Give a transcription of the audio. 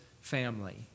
family